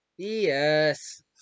Yes